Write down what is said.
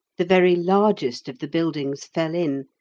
the very largest of the buildings fell in,